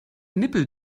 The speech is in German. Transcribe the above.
nippel